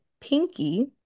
pinky